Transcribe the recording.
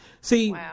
See